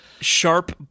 sharp